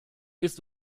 ist